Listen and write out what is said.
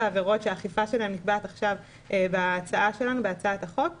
שהאכיפה שלהן נקבעת עכשיו בהצעת החוק שלנו.